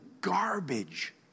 garbage